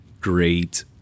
great